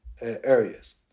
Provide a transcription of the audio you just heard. areas